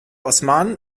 osmanen